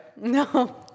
No